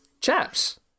chaps